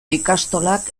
ikastolak